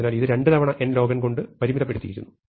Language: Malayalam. അതിനാൽ ഇത് 2 തവണ n log n കൊണ്ട് പരിമിതപ്പെടുത്തിയിരിക്കുന്നു